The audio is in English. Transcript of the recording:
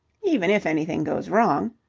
even if anything goes wrong.